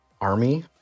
army